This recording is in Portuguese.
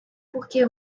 porque